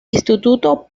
instituto